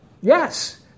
Yes